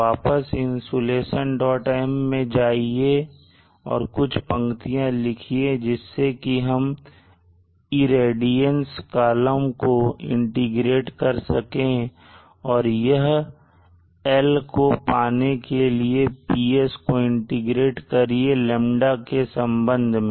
वापस insolationm में जाइए और कुछ और पंक्तियां लिखिए जिससे कि हम रेडियंस कॉलम को इंटीग्रेट कर सकें यह L को पाने के लिए PS को इंटीग्रेट करिए λ संबंध में